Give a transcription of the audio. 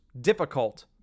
difficult